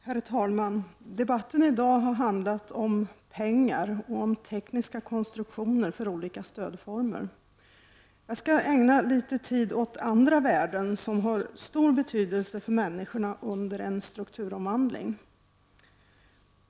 Herr talman! Debatten i dag har handlat om pengar och om tekniska konstruktioner för olika stödformer. Jag skall ägna litet tid åt andra värden som har stor betydelse för människorna under en strukturomvandling.